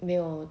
没有